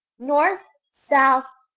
north, south,